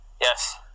yes